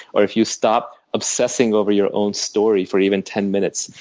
or if you stop obsessing over your own story for even ten minutes,